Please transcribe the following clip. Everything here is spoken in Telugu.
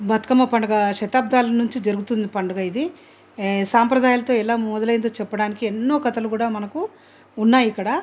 బతుకమ్మ పండుగ శతాబ్దాల నుంచి జరుగుతున్న పండుగ ఇది సాంప్రదాయాలతో ఎలా మొదలైందో చెప్పడానికి ఎన్నో కథలు కూడా మనకు ఉన్నాయి ఇక్కడ